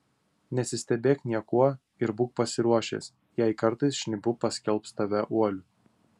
nesistebėk niekuo ir būk pasiruošęs jei kartais šnipu paskelbs tave uoliu